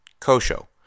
Kosho